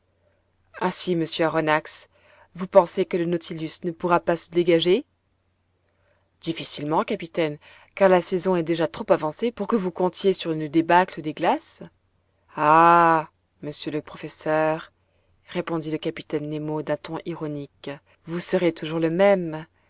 ainsi monsieur aronnax vous pensez que le nautilus ne pourra pas se dégager difficilement capitaine car la saison est déjà trop avancée pour que vous comptiez sur une débâcle des glaces ah monsieur le professeur répondit le capitaine nemo d'un ton ironique vous serez toujours le même